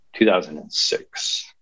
2006